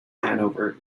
hanover